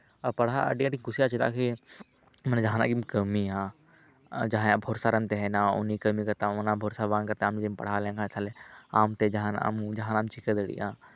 ᱟᱨ ᱯᱟᱲᱦᱟᱜ ᱟᱹᱰᱤ ᱟᱸᱴ ᱤᱧ ᱠᱩᱥᱤᱭᱟᱜᱼᱟ ᱪᱮᱫᱟ ᱥᱮ ᱢᱟᱱᱮ ᱡᱟᱦᱟᱸ ᱱᱟᱜ ᱜᱮᱢ ᱠᱟᱹᱢᱤᱭᱟ ᱡᱟᱦᱟᱸᱭᱟᱜ ᱵᱷᱚᱨᱥᱟᱨᱮᱢ ᱛᱟᱦᱮᱱᱟ ᱩᱱᱤᱭ ᱠᱟᱹᱢᱤ ᱠᱟᱛᱟᱢ ᱚᱱᱟ ᱵᱷᱚᱨᱥ ᱵᱟᱝᱠᱟᱛᱮᱫ ᱟᱢᱜᱮᱢ ᱯᱟᱲᱦᱟᱣ ᱞᱮᱱᱠᱷᱟᱱ ᱟᱢᱛᱮ ᱡᱟᱦᱟᱱᱟᱜ ᱮᱢ ᱪᱤᱠᱟᱹ ᱫᱟᱲᱮᱭᱟᱜᱼᱟ